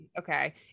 okay